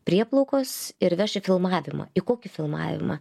prieplaukos ir veš į filmavimą į kokį filmavimą